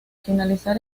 finalizar